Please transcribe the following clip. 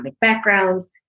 backgrounds